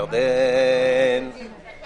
בשעה